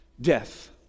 death